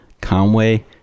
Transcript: Conway